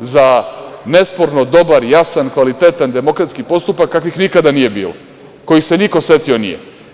za nesporno dobar, jasan, kvalitetan demokratski postupak kakvih nikada nije bilo, kojih se niko setio nije.